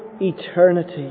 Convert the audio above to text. eternity